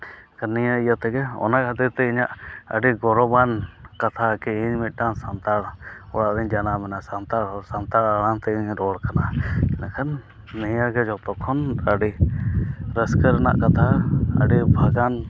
ᱮᱱᱠᱷᱟᱱ ᱱᱤᱭᱟᱹ ᱤᱭᱟᱹ ᱛᱮᱜᱮ ᱚᱱᱟ ᱠᱷᱟᱹᱛᱤᱨᱛᱮ ᱤᱧᱟᱹᱜ ᱟᱹᱰᱤ ᱜᱚᱨᱚᱵᱟᱱ ᱠᱟᱛᱷᱟ ᱠᱤ ᱤᱧ ᱢᱤᱫᱴᱟᱝ ᱥᱟᱱᱛᱟᱲ ᱚᱲᱟᱜ ᱨᱮᱧ ᱡᱟᱱᱟᱢᱱᱟ ᱥᱟᱱᱛᱟᱲ ᱦᱚᱲ ᱥᱟᱶᱛᱮ ᱥᱟᱱᱛᱟᱲ ᱟᱲᱟᱝᱛᱮ ᱤᱧ ᱨᱚᱲ ᱠᱟᱱᱟ ᱤᱱᱟᱹ ᱠᱷᱟᱱ ᱱᱤᱭᱟᱹ ᱜᱮ ᱡᱚᱛᱚ ᱠᱷᱚᱱ ᱟᱹᱰᱤ ᱨᱟᱹᱥᱠᱟᱹ ᱨᱮᱱᱟᱜ ᱠᱟᱛᱷᱟ ᱟᱹᱰᱤ ᱵᱷᱟᱹᱜᱟᱹᱱ